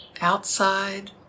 outside